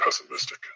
pessimistic